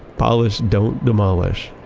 polish, don't demolish,